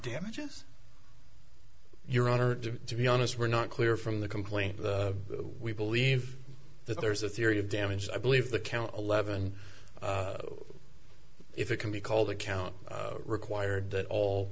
damages your honor to be honest we're not clear from the complaint we believe that there is a theory of damage i believe the count eleven if it can be called account required that all